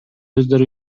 өздөрү